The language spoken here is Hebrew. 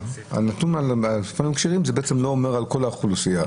הנתון של טלפונים כשרים לא אומר על כל האוכלוסייה.